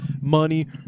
money